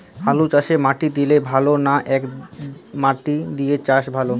আলুচাষে মাটি দিলে ভালো না একমাটি দিয়ে চাষ ভালো?